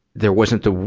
there wasn't the,